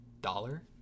dollar